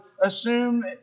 assume